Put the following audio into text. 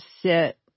sit